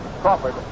Crawford